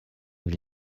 will